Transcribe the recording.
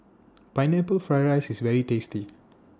Pineapple Fried Rice IS very tasty